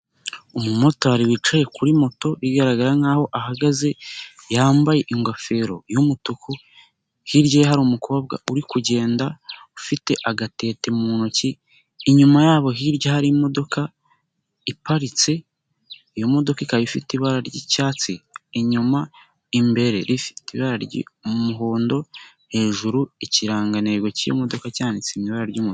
Umumotari wicaye kuri moto igaragara nkaho ahagaze, yambaye ingofero y'umutuku, hirya ye hari umukobwa uri kugenda ufite agatete mu ntoki, inyuma yabo hirya hari imodoka iparitse, iyo modoka ikaba ifite ibara ryicyatsi inyuma, imbere ifite ibara ry'umuhondo, hejuru ikirangantego k'iyo modoka cyanditse mu ibara ryumuhondo.